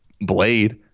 Blade